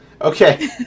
Okay